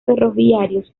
ferroviarios